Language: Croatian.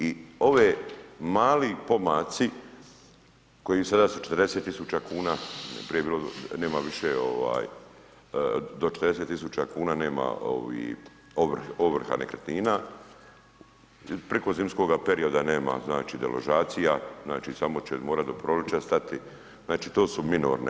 I ovi mali pomaci koji sada su 40 tisuća kuna, prije je bilo, nema više, do 40 tisuća kuna nema ovrha nekretnina, preko zimskoga perioda nema znači deložacija, znači samo će morati do proljeća stati, znači to su minorne.